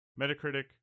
Metacritic